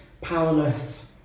powerless